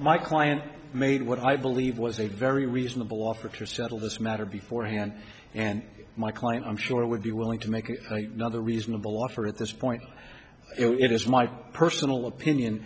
my client made what i believe was a very reasonable offer to settle this matter before hand and my client i'm sure would be willing to make another reasonable offer at this point it is my personal opinion